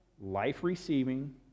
life-receiving